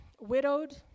widowed